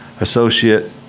associate